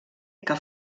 que